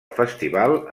festival